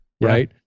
right